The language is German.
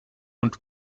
und